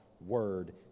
word